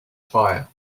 fire